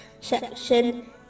section